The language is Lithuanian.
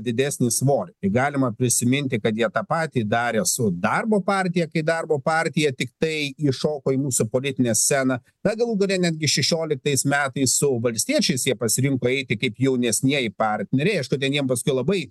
didesnį svorį tai galima prisiminti kad jie tą patį darė su darbo partija kai darbo partija tiktai įšoko į mūsų politinę sceną bet galų gale netgi šešioliktais metais su valstiečiais jie pasirinko eiti kaip jaunesnieji partneriai aišku ten jiem paskui labai